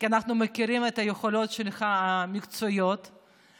כי אנחנו מכירים את היכולות המקצועיות שלך.